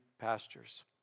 pastures